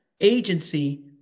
agency